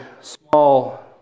small